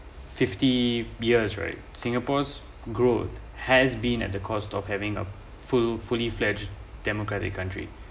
fifty years right singapore's growth has been at the cost of having a full fully fledged democratic country